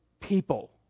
people